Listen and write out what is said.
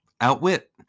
Outwit